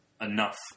enough